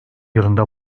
yılında